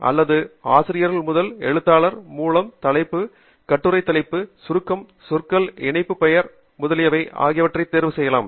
அல்லது ஆசிரியர்கள் முதல் எழுத்தாளர் மூலத் தலைப்பு கட்டுரை தலைப்பு சுருக்கம் சொற்கள் இணைப்பு பெயர் முதலியவை ஆகியவற்றைத் தேர்வு செய்யலாம்